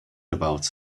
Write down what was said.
about